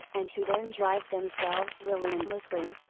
and who then drive themselves relentlessly,